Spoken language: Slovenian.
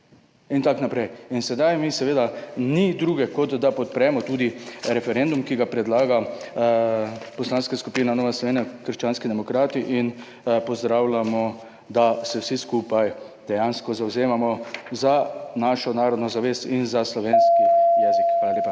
in tako naprej. Seveda ni druge, kot da podpremo referendum, ki ga predlaga poslanska skupina Nova Slovenija – krščanski demokrati, in pozdravljamo, da se vsi skupaj dejansko zavzemamo za našo narodno zavest in za slovenski jezik. Hvala lepa.